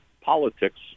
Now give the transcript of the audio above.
politics